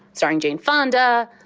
starring jane fonda.